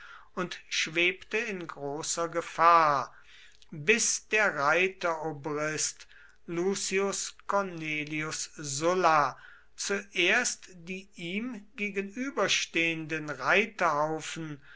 und schwebte in großer gefahr bis der reiterobrist lucius cornelius sulla zuerst die ihm gegenüberstehenden